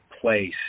place